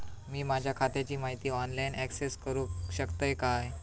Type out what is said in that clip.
मी माझ्या खात्याची माहिती ऑनलाईन अक्सेस करूक शकतय काय?